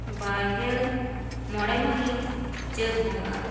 ᱵᱟᱨᱜᱮᱞ ᱢᱚᱬᱮ ᱢᱟᱹᱦᱤᱛ ᱪᱟᱹᱛ ᱵᱚᱸᱜᱟ